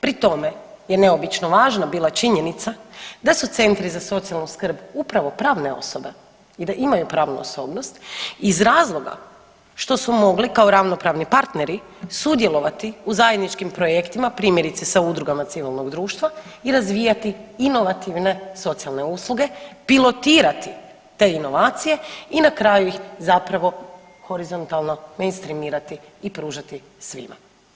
Pri tome je neobično važna bila činjenica da su centri za socijalnu skrb upravo pravne osobe i da imaju pravnu osobnost iz razloga što su mogli kao ravnopravni partneri sudjelovati u zajedničkim projektima, primjerice sa udrugama civilnog društva i razvijati inovativne socijalne usluge, pilotirati te inovacije i na kraju ih zapravo horizontalno menstrimirati i pružati svima.